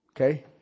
Okay